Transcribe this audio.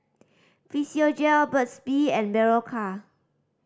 Physiogel Burt's Bee and Berocca